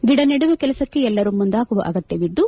ಗಿಡ ನೆಡುವ ಕೆಲಸಕ್ಕೆ ಎಲ್ಲರೂ ಮುಂದಾಗುವ ಅಗತ್ಕವಿದ್ದು